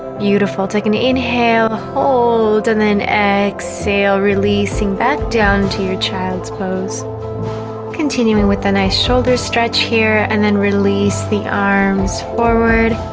beautiful take an inhale hold and then exhale releasing back down to your child's pose continuing with a nice shoulder stretch here, and then release the arms forward